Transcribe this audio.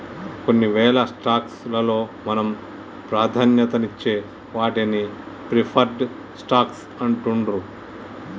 కొన్నివేల స్టాక్స్ లలో మనం ప్రాధాన్యతనిచ్చే వాటిని ప్రిఫర్డ్ స్టాక్స్ అంటుండ్రు